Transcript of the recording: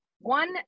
one